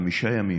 חמישה ימים,